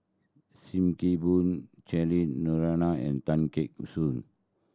Sim Kee Boon Cheryl Noronha and Tan Gek Suan